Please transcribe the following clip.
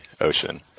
ocean